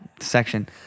section